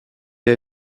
est